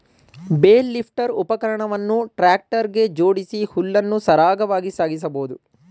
bale lifter ಉಪಕರಣವನ್ನು tractor ಗೆ ಜೋಡಿಸಿ ಹುಲ್ಲನ್ನು ಸರಾಗವಾಗಿ ಸಾಗಿಸಬೋದು